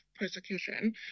persecution